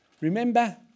Remember